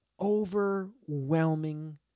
Overwhelming